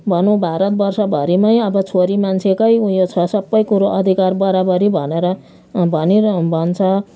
भनौँ भारतवर्षभरिमै अब छोरीमान्छेकै उयो छ सबै कुरो अधिकार बराबरी भनेर भनेर भन्छ